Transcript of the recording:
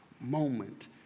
moment